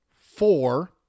four